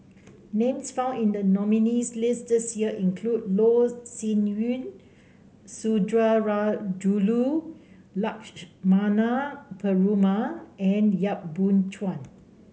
names found in the nominees' list this year include Loh Sin Yun Sundarajulu Lakshmana Perumal and Yap Boon Chuan